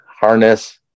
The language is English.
harness